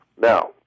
Now